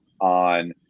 on